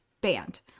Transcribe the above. banned